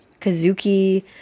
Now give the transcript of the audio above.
Kazuki